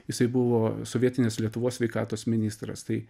jisai buvo sovietinės lietuvos sveikatos ministras tai